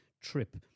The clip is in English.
trip